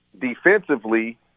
defensively